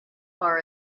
far